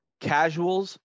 casuals